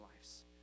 lives